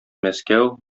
мәскәү